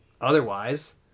otherwise